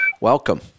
Welcome